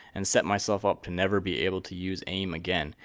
and set myself up to never be able to use aim again,